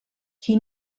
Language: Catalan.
qui